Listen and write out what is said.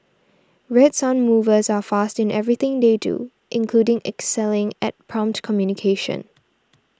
Red Sun Movers are fast in everything they do including excelling at prompt communication